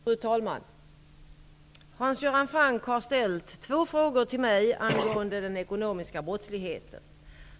Fru talman! Hans Göran Franck har ställt två frågor till mig angående den ekonomiska brottsligheten.